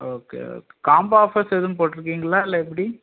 okay okay combo offers எதுவும் போட்டுருக்கீங்களா இல்லை எப்படி